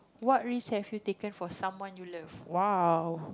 what risk have you taken for someone you love !wow!